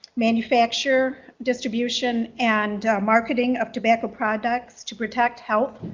manufacture, distribution, and marketing of tobacco products to protect health,